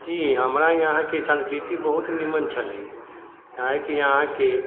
जी हमरा यहाँके संस्कृति बहुत निमन छलै काहेकि यहाँके